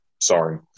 Sorry